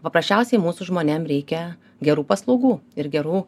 paprasčiausiai mūsų žmonėm reikia gerų paslaugų ir gerų